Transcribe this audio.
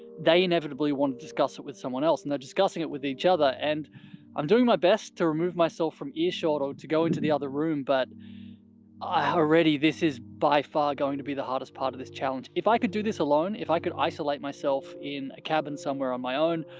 they inevitably wanna discuss it with someone else, and they're discussing it with each other. and i'm doing my best to remove myself from earshot or to go into the other room, but already this is by far going to be the hardest part of this challenge. if i could do this alone, if i could isolate myself in a cabin somewhere on my own,